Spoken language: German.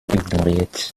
ignoriert